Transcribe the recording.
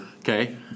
Okay